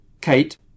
Kate